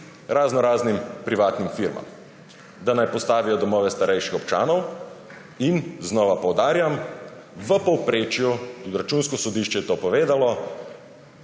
raznoraznim privatnim firmam, da naj postavijo domove starejših občanov in, znova poudarjam, v povprečju, in Računsko sodišč je to povedalo,